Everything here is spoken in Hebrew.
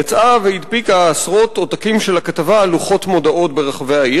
יצאה והדביקה עשרות עותקים של הכתבה על לוחות מודעות ברחבי העיר,